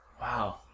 Wow